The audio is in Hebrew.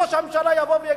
ראש הממשלה יבוא ויגיד,